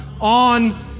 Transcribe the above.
on